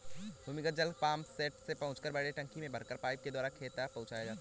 भूमिगत जल पम्पसेट से पहुँचाकर बड़े टंकी में भरकर पाइप के द्वारा खेत तक पहुँचाया जाता है